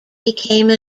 became